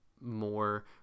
more